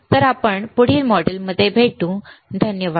तर आपण पुढील मॉड्यूल मध्ये भेटूधन्यवाद